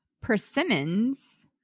persimmons